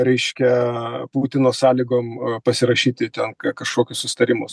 reiškia putino sąlygom pasirašyti ten kažkokius susitarimus